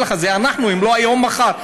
אני אומר לך, זה אנחנו, אם לא היום, מחר.